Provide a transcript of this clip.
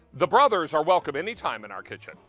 the brothers are welcome any time in our kitchen.